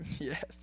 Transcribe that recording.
Yes